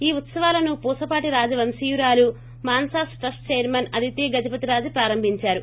ఈ ఉత్పవాలను పూసపాటి రాజ వంశీయురాలు మాన్సస్ ట్రస్ట్ చైర్మన్ అదితి గజపతి రాజు ప్రారంభించారు